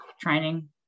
training